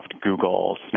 Google